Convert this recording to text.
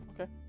Okay